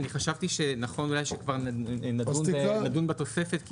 חשבתי שנכון אולי שכבר נדון בתוספת.